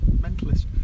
mentalist